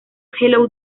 hello